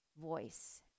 voice